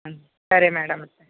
సరే మ్యా డం